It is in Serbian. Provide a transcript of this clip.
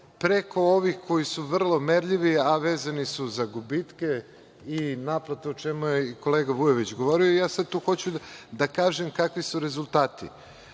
preko ovih koji su vrlo merljivi, a vezani su za gubitke i naplatu, o čemu je i kolega Vujović govorio. Ja sada tu hoću da kažem kakvi su rezultati.